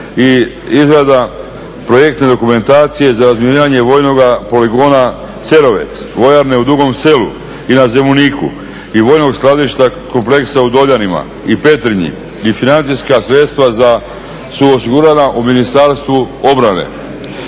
i izrada projekte dokumentacije za razminiranje vojnoga poligona Cerovec, vojarne u Dugom Selu i na Zemuniku i vojnog skladišta kompleksa u … i Petrinji i financijska sredstva su osigurana u Ministarstvu obrane.